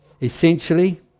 essentially